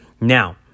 now